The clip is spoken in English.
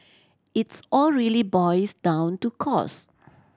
it's all really boils down to cost